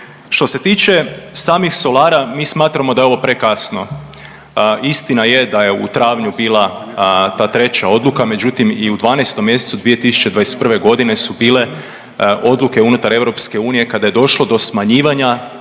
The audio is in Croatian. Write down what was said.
Što se tiče samih solara mi smatramo da je ovo prekasno. Istina je da je u travnju bila ta treća odluka, međutim i u 12 mjesecu 2021. godine su bile odluke unutar EU kada je došlo do smanjivanja